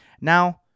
Now